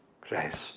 Christ